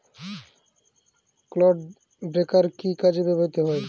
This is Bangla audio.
ক্লড ব্রেকার কি কাজে ব্যবহৃত হয়?